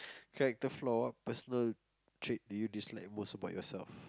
character flaw what personal trait do you dislike most about yourself